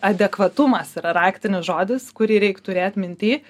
adekvatumas yra raktinis žodis kurį reik turėt minty